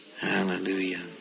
Hallelujah